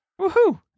Woohoo